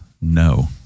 no